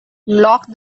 lock